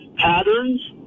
patterns